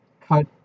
Cut